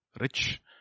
rich